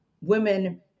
women